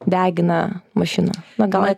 degina mašiną na gal